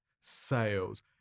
sales